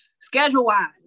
Schedule-wise